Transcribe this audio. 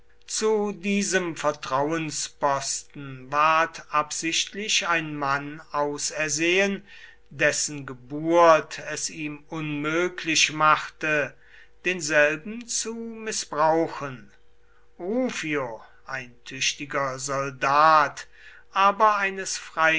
zu diesem vertrauensposten ward absichtlich ein mann ausersehen dessen geburt es ihm unmöglich machte denselben zu mißbrauchen rufio ein tüchtiger soldat aber eines